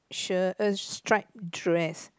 shirt err stripe dress